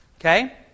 Okay